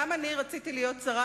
גם אני רציתי להיות שרה,